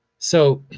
so,